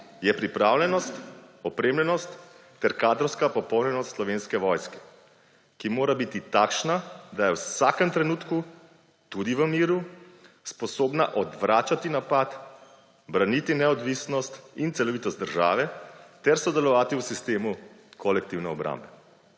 je pripravljenost, opremljenost ter kadrovska popolnjenost Slovenske vojske, ki mora biti takšna, da je v vsakem trenutku, tudi v miru, sposobna odvračati napad, braniti neodvisnost in celovitost države ter sodelovati v sistemu kolektivne obrambe.